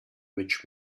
which